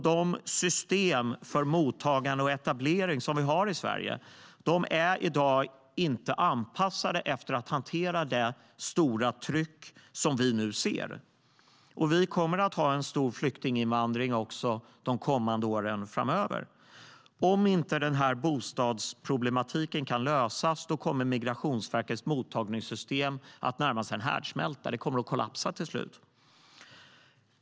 De system som vi har i Sverige för mottagande och etablering är inte anpassade för att hantera det stora tryck som vi nu ser. Vi kommer att ha stor flyktinginvandring också de kommande åren. Om bostadsproblematiken inte kan lösas kommer Migrationsverkets mottagningssystem att närma sig en härdsmälta. Det kommer att kollapsa till slut.